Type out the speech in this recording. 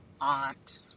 Aunt